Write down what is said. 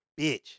bitch